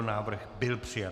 Návrh byl přijat.